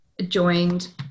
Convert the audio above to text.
joined